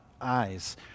eyes